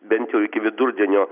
bent jau iki vidurdienio